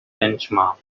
benchmark